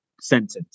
sentence